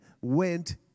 went